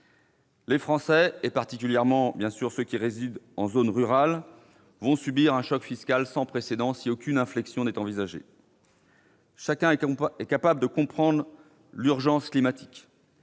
Les Français, et particulièrement ceux qui résident en zone rurale, vont subir un choc fiscal sans précédent si aucune inflexion n'est envisagée. Chacun est capable de comprendre l'urgence climatique.